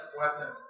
weapon